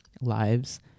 lives